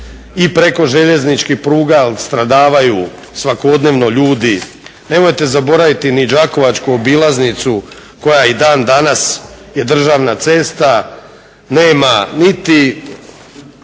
i preko željezničkih pruga jer stradavaju svakodnevno ljudi. Nemojte zaboraviti ni đakovačku obilaznicu koja i dan danas je državna cesta, nema niti